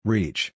Reach